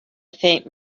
faint